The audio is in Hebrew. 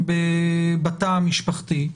בתא המשפחתי,